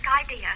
idea